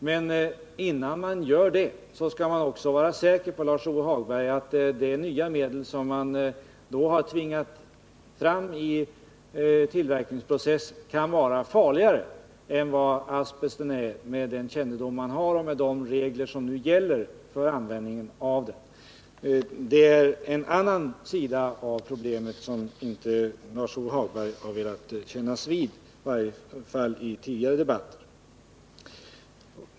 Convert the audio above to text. Men innan man gör det skall man också vara säker på att detta nya medel i tillverkningsprocessen inte är farligare än asbest är med den kännedom man har och med de regler som nu gäller för dess användning. Det är en annan sida av problemet som Lars-Ove Hagberg inte har velat kännas vid, i varje fall inte i tidigare debatter.